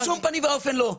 בשום פנים ואופן לא.